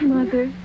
Mother